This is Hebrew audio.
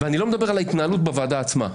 ואני לא מדבר על ההתנהלות בוועדה עצמה.